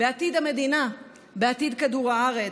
לעתיד המדינה ועתיד כדור הארץ,